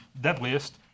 deadliest